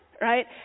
right